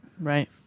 Right